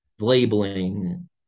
labeling